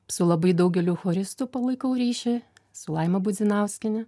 su labai daugeliu choristų palaikau ryšį su laima budzinauskiene